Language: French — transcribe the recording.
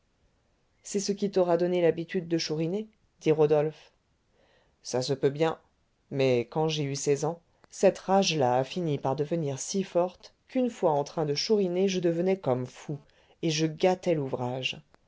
c'est ce qui t'aura donné l'habitude de chouriner dit rodolphe ça se peut bien mais quand j'ai eu seize ans cette rage là a fini par devenir si forte qu'une fois en train de chouriner je devenais comme fou et je gâtais l'ouvrage